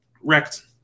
wrecked